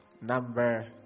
number